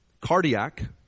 Cardiac